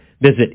visit